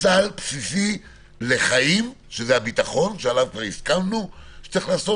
סל בסיסי לחיים שזה הביטחון שעליו כבר הסכמנו שצריך לעשות